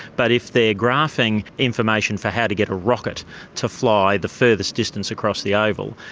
but if they are graphing information for how to get a rocket to fly the furthest distance across the oval,